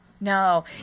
No